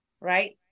right